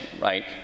right